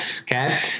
okay